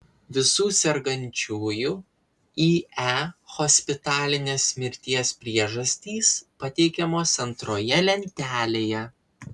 visų sergančiųjų ie hospitalinės mirties priežastys pateikiamos antroje lentelėje